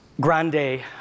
grande